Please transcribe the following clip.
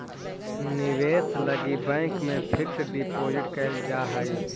निवेश लगी बैंक में फिक्स डिपाजिट कैल जा हई